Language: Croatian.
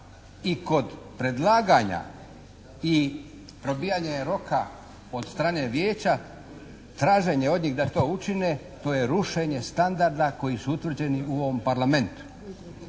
i kod predlaganja i probijanje roka od strane vijeća traženje od njih da to učine to je rušenje standarda koji su utvrđeni u ovom Parlamentu,